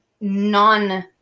non